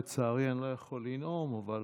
לצערי, אני לא יכול נאום, אבל